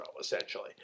essentially